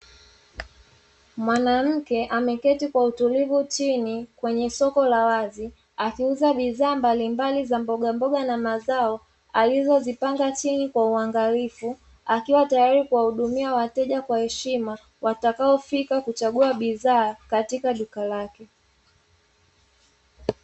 Mwanamke ameketi kwa utulivu chini kwenye soko la wazi akiuza bidhaa mbalimbali za mbogamboga na mazao alizozipanga chini kwa uangalifu, akiwa tayari kuwahudumia wateja kwa heshima watakaofika kuchagua bidhaa katika duka lake.